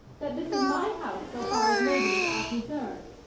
that this is my house so far as ladies are concerned.